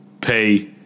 pay